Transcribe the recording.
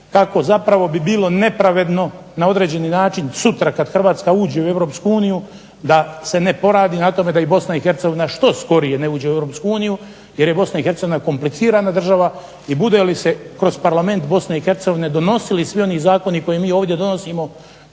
kako zapravo bi bilo nepravedno na određeni način, sutra kad Hrvatska uđe u Europsku uniju da se ne poradi na tome da i Bosna i Hercegovina što skorije ne uđe u Europsku uniju, jer je Bosna i Hercegovina komplicirana država i bude li se kroz Parlament Bosne i Hercegovine donosili svi oni zakoni koje mi ovdje donosimo